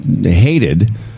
hated